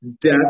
death